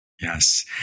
Yes